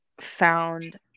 found